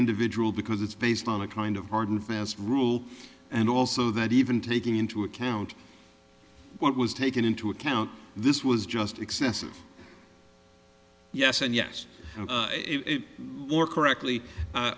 individual because it's based on a kind of hard and fast rule and also that even taking into account what was taken into account this was just excessive yes and yes it more correctly